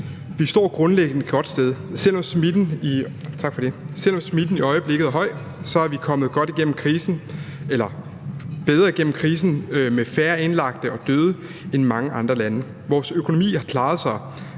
Vi står grundlæggende et godt sted. Selv om smitten i øjeblikket er høj, er vi kommet bedre igennem krisen med færre indlagte og døde end mange andre lande. Vores økonomi har klaret sig